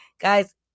guys